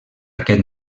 aquest